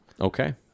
Okay